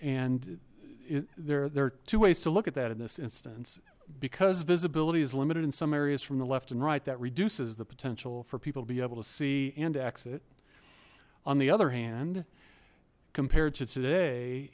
and there are there are two ways to look at that in this instance because visibility is limited in some areas from the left and right that reduces the potential for people to be able to see and exit on the other hand compared to today